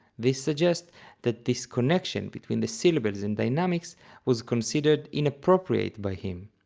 this suggests that this connection between the syllables and dynamics was considered inappropriate by him,